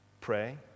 Pray